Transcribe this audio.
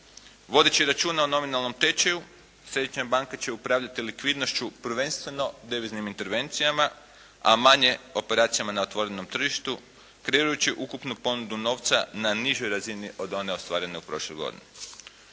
Vodeći računa o nominalnom tečaju, Središnja banka se upravljati likvidnošću, prvenstveno deviznim intervencijama a manje operacijama na otvorenom tržištu, kreirajući ukupnu ponudu novca na nižoj razini od one ostvarene u prošloj godini.